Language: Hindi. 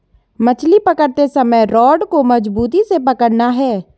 मछली पकड़ते समय रॉड को मजबूती से पकड़ना है